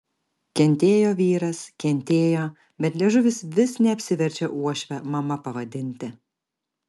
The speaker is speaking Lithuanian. kentėjo vyras kentėjo bet liežuvis vis neapsiverčia uošvę mama pavadinti